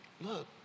look